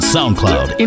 SoundCloud